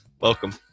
Welcome